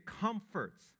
comforts